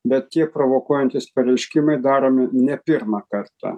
bet tie provokuojantys pareiškimai daromi ne pirmą kartą